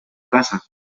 casa